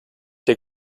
der